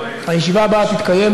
הישיבה הבאה תתקיים,